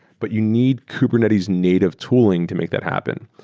but you need kubernetes native tooling to make that happen.